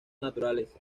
naturales